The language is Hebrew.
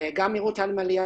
וגם מרות אלמליח,